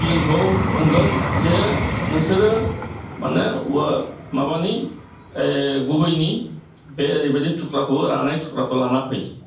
जोंखौ बुंगोन जे नोंसोरो मानि औवा माबानि गुबैनि बे ओरैबायदि थुख्राखौ रानाय थुख्राखौ लाना फै